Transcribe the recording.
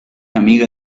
amiga